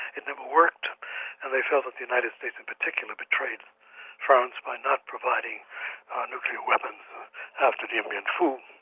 it never worked and they felt that the united states in particular betrayed france by not providing ah nuclear weapons after dien bien phu.